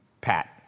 Pat